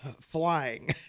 flying